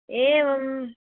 एवं